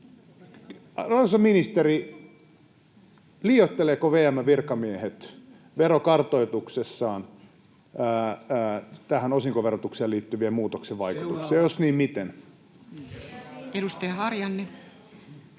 Arvoisa ministeri, liioittelevatko VM:n virkamiehet verokartoituksessaan tähän osinkoverotukseen liittyvien muutoksien vaikutuksia, ja jos, niin miten? [Speech 162]